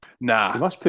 Nah